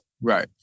Right